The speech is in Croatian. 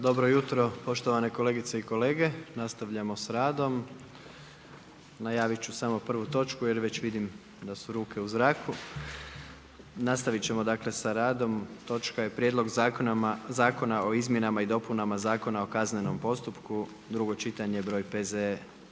Gordan (HDZ)** Poštovane kolegice i kolege, nastavljamo s radom. Najavit ću samo prvu točku jer već vidim da su ruke u zraku. Nastavit ćemo sa radom, točka je: Prijedlog zakona o izmjenama i dopunama Zakona o kaznenom postupku, drugo čitanje, P.Z.E